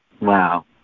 Wow